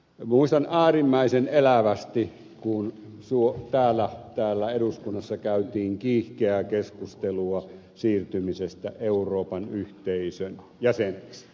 muistan äärimmäisen elävästi kun täällä eduskunnassa käytiin kiihkeää keskustelua siirtymisestä euroopan unionin jäseneksi